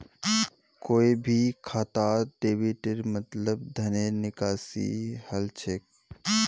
कोई भी खातात डेबिटेर मतलब धनेर निकासी हल छेक